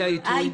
העיתוי?